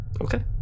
Okay